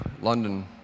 London